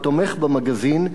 התומך במגזין,